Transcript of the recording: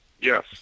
Yes